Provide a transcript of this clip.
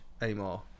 anymore